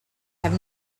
have